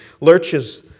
lurches